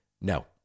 No